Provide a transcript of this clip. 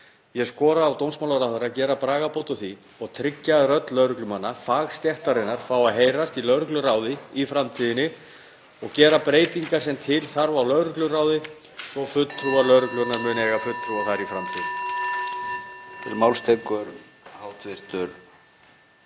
Ég skora á dómsmálaráðherra að gera bragarbót á því og tryggja að rödd lögreglumanna, fagstéttarinnar, fái að heyrast í lögregluráði í framtíðinni og gera breytingar sem til þarf á lögregluráði svo lögreglan muni eiga fulltrúa þar í framtíðinni.